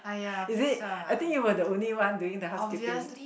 is it I think you were the only one doing the housekeeping